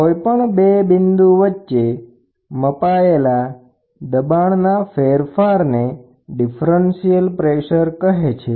કોઈપણ બે બિંદુ વચ્ચે મપાયેલા દબાણના ફેરફારને ડિફ્રેન્સિયલ પ્રેસર કહે છે